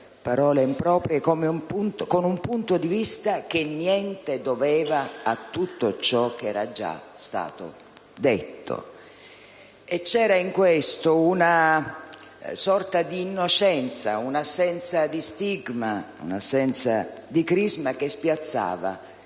parole improprie - con un punto di vista che niente doveva a tutto ciò che era già stato detto. C'era in questo una sorta di innocenza, un'assenza di stigma, un'assenza di crisma, che spiazzava,